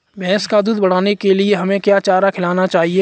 भैंस का दूध बढ़ाने के लिए हमें क्या चारा खिलाना चाहिए?